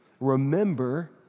remember